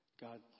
God